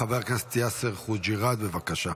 חבר הכנסת יאסר חוג'יראת, בבקשה.